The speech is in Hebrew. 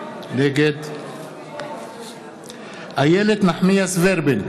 נגד איילת נחמיאס ורבין,